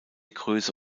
größe